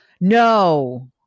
No